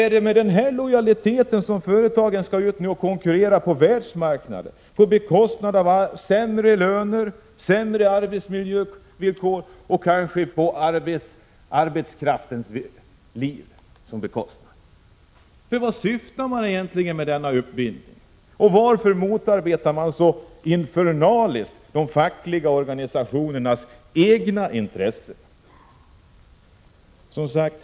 Är det med denna lojalitet som företagen skall gå ut och konkurrera på världsmarknaden — med sämre löner och sämre arbetsmiljö som följd, kanske t.o.m. på bekostnad av arbetarens liv? Vad syftar man till med denna uppbindning? Varför motarbetar man så infernaliskt de fackliga organisationernas egna intressen?